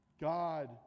God